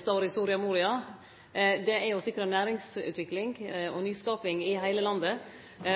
står i Soria Moria, det er å sikre næringsutvikling og nyskaping i heile landet,